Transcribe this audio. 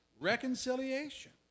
reconciliation